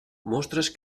mostres